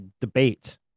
debate